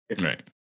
Right